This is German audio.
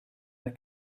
der